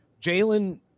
Jalen